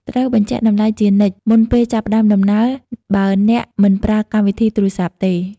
ត្រូវបញ្ជាក់តម្លៃជានិច្ចមុនពេលចាប់ផ្តើមដំណើរ បើអ្នកមិនប្រើកម្មវិធីទូរស័ព្ទទេ។